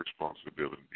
responsibility